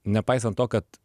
nepaisant to kad